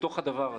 בתוך הדבר הזה.